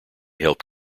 help